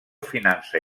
finança